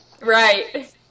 Right